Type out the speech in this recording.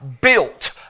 built